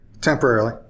Temporarily